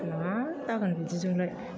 मा जागोन बिदिजोंलाय